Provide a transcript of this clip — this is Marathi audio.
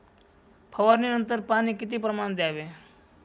फवारणीनंतर पाणी किती प्रमाणात द्यावे?